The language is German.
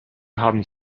haben